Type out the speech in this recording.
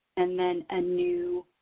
and then a new